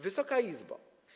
Wysoka Izbo!